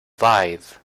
died